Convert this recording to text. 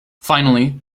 finally